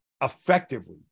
effectively